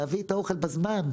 להביא את האוכל בזמן,